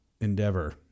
Endeavor